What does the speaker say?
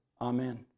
Amen